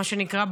מה שנקרא,